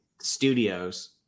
studios